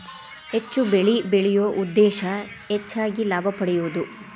ಹೆಚ್ಚು ಬೆಳಿ ಬೆಳಿಯು ಉದ್ದೇಶಾ ಹೆಚಗಿ ಲಾಭಾ ಪಡಿಯುದು